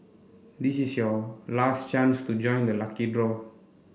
this is your last chance to join the lucky draw